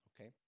okay